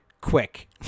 quick